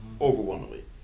overwhelmingly